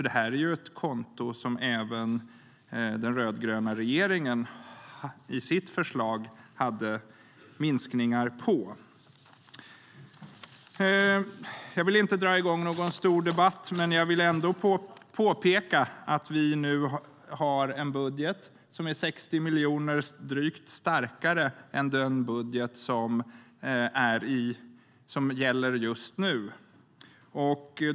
Det här är alltså ett konto som även den rödgröna regeringen i sitt förslag hade minskningar på. Jag vill inte dra igång någon stor debatt, men jag vill ändå påpeka att vi nu får en budget som är drygt 60 miljoner starkare än den budget som gäller just nu.